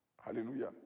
Hallelujah